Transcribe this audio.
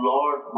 Lord